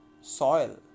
soil